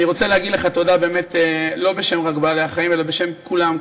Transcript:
אני רוצה להגיד לך תודה באמת לא רק בשם בעלי-החיים אלא בשם כולם,